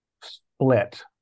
split